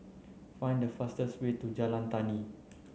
find the fastest way to Jalan Tani